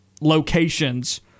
locations